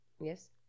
yes